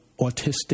autistic